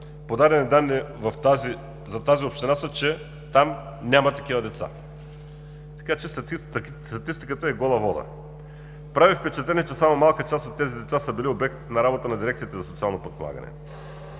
дадените данни за тази община са, че там няма такива деца. Така че статистиката е „гола вода”. Прави впечатление, че само малка част от тези деца са били обект на работа на Дирекцията за социално подпомагане.